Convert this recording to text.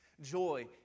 joy